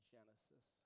Genesis